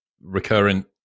recurrent